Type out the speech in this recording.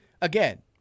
again